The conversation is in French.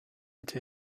été